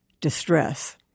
distress